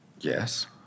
Yes